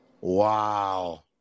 Wow